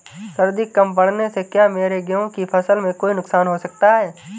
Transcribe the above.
सर्दी कम पड़ने से क्या मेरे गेहूँ की फसल में कोई नुकसान हो सकता है?